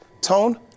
Tone